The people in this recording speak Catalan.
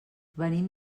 venim